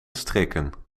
strikken